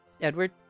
Edward